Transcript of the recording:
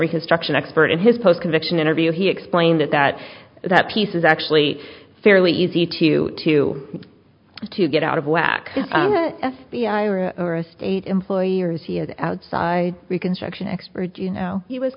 reconstruction expert in his post conviction interview he explained that that piece is actually fairly easy to to to get out of whack f b i or or a state employee or is he has an outside reconstruction expert you know he was